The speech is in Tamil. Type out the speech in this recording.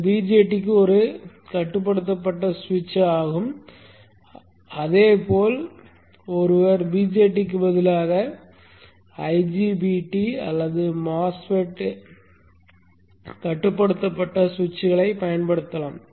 இந்த BJT ஒரு கட்டுப்படுத்தப்பட்ட சுவிட்ச் ஆகும் அதே போல் ஒருவர் BJTக்கு பதிலாக IGBT அல்லது MOSFET கட்டுப்படுத்தப்பட்ட சுவிட்சுகளை பயன்படுத்தலாம்